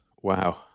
Wow